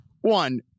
one